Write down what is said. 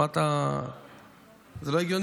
אני אומר לו: זה קצת לא הגיוני.